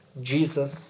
Jesus